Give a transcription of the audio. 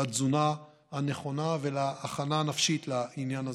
בתזונה נכונה ובהכנה הנפשית לעניין הזה,